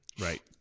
right